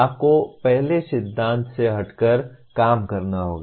आपको पहले सिद्धांतों से हटकर काम करना होगा